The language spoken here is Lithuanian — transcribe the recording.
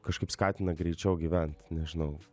kažkaip skatina greičiau gyvent nežinau